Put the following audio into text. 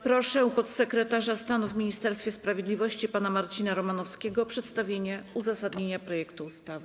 Proszę podsekretarza stanu w Ministerstwie Sprawiedliwości pana Marcina Romanowskiego o przedstawienie uzasadnienia projektu ustawy.